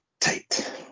Tight